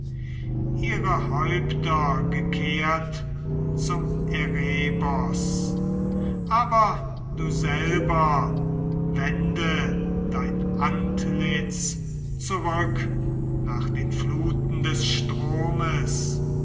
ihre häupter gekehrt zum erebos aber du selber wende dein antlitz zurück nach den fluten des stromes